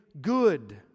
good